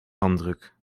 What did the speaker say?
handdruk